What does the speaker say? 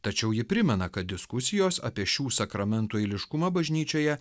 tačiau ji primena kad diskusijos apie šių sakramentų eiliškumą bažnyčioje